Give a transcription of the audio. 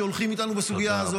שהולכים איתנו בסוגיה הזאת.